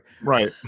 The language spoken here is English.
Right